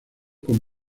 con